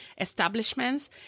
establishments